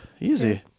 Easy